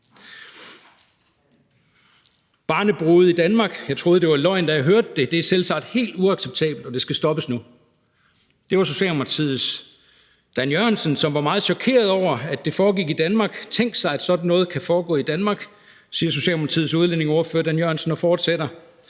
»Barnebrude i Danmark? Jeg troede det var løgn da jeg hørte det. Det er selvsagt helt uacceptabelt og det skal stoppes nu!« Sådan sagde Socialdemokratiets Dan Jørgensen, som var meget chokeret over, at det foregik i Danmark. »Tænk sig, at sådan noget kan foregå i Danmark«, sagde Socialdemokraternes udlændingeordfører Dan Jørgensen, og han fortsatte: